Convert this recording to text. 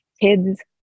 kids